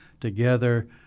together